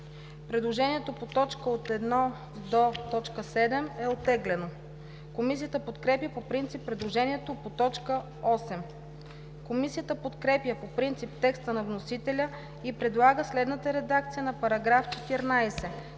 Предложението по т. 1 – 7 е оттеглено. Комисията подкрепя по принцип предложението по т. 8. Комисията подкрепя по принцип текста на вносителя и предлага следната редакция на § 14,